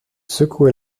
secoua